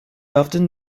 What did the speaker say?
often